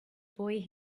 boy